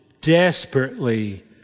desperately